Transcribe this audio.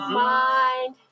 mind